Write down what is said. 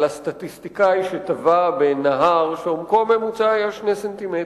הסטטיסטיקאי שטבע בנהר שעומקו הממוצע היה שני סנטימטרים.